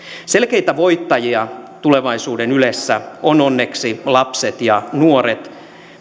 selkeitä voittajia tulevaisuuden ylessä ovat onneksi lapset ja nuoret